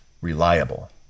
reliable